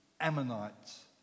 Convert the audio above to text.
Ammonites